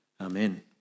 Amen